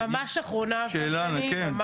אבל ממש אחרונה, בני.